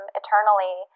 eternally